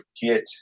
get